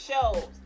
shows